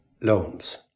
loans